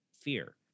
fear